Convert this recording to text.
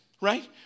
right